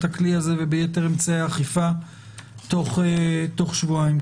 הכלי הזה וביתר אמצעי האכיפה תוך שבועיים.